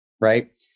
right